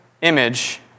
image